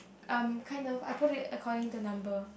um kind of I put it according to number